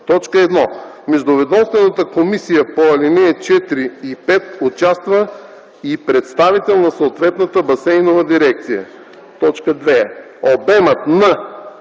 1. в междуведомствената комисия по ал. 4 и 5 участва и представител на съответната басейнова дирекция; 2. обемът на